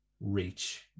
reach